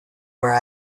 where